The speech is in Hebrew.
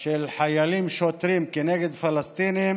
של חיילים שוטרים כנגד פלסטינים